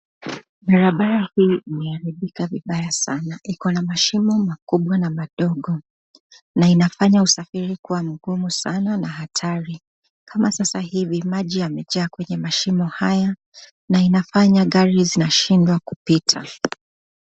Barabara hii imeharibika vibaya sana, iko na mashimo makubwa na madogo na inafanya usafiri kuwa mgumu sana na hatari. Kama sasa hivi maji yamejaa kwenye mashimo haya na inafanya gari hizi zinashindwa kupita.